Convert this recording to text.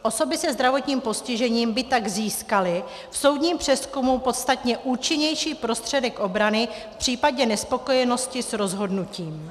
Osoby se zdravotním postižením by tak získaly v soudním přezkumu podstatně účinnější prostředek obrany v případě nespokojenosti s rozhodnutím.